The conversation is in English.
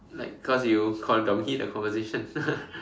like cause you con~ dominate the conversation